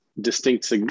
distinct